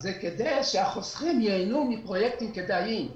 כדי שהחוסכים ייהנו מפרויקטים כדאיים".